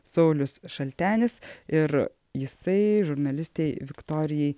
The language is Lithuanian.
saulius šaltenis ir jisai žurnalistei viktorijai